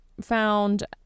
found